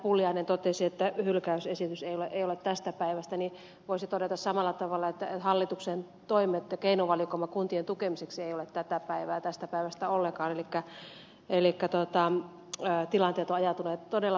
pulliainen totesi että hylkäysesitys ei ole tästä päivästä niin voisi todeta samalla tavalla että hallituksen toimet ja keinovalikoima kuntien tukemiseksi eivät ole tästä päivästä ollenkaan elikkä tilanteet ovat ajautuneet todella huolestuttaviksi